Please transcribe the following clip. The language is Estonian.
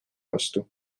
vastu